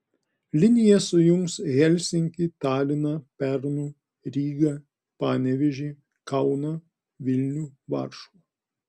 linija sujungs helsinkį taliną pernu rygą panevėžį kauną vilnių varšuvą